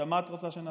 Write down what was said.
מה את רוצה שנעשה?